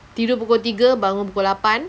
tidur pukul tiga bangun pukul lapan